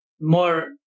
more